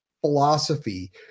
philosophy